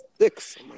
six